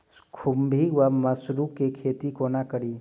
खुम्भी वा मसरू केँ खेती कोना कड़ी?